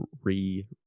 re